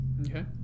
Okay